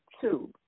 two